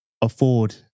afford